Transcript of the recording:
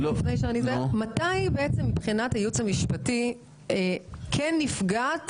מתי בעצם מבחינת הייעוץ המשפטי כן נפגעת